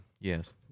Yes